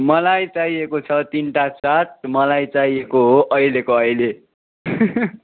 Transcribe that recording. मलाई चाहिएको छ तिनवटा चाट मलाई चाहिएको हो अहिलेको अहिले